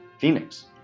Phoenix